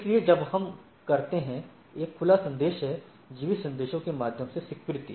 इसलिए जब हम करते हैं एक खुला संदेश है जीवित संदेशों के माध्यम से स्वीकृति